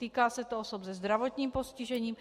Týká se to osob se zdravotním postižením.